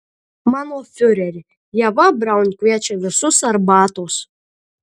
mano fiureri ieva braun kviečia visus arbatos